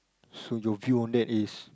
so your view on that is